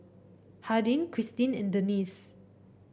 Hardin Krystin and Dennis